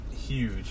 huge